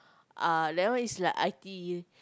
uh that one is like I_T_E